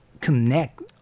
connect